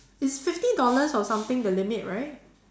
it's fifty dollars or something the limit right